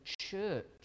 church